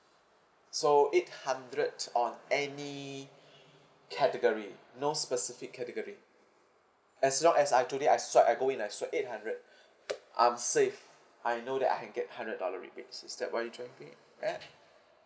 so eight hundred on any category no specific category as long as I today I swipe I go in and I swipe eight hundred I'm safe I know that I can get hundred dollar rebates is that what are you driving to it at